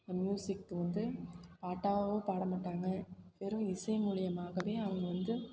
இந்த மியூசிக் வந்து பாட்டாகவும் பாட மாட்டாங்க வெறும் இசை மூலிமாகவே அவங்க வந்து